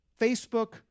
Facebook